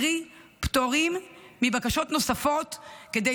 קרי פטורים מבקשות נוספות כדי